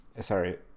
Sorry